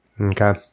Okay